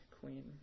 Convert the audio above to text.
queen